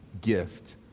gift